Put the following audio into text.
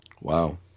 Wow